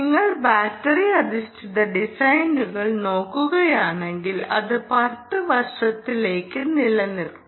നിങ്ങൾ ബാറ്ററി അധിഷ്ഠിത ഡിസൈനുകൾ നോക്കുകയാണെങ്കിൽ അത് 10 വർഷത്തേക്ക് നിലനിൽക്കണം